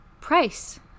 price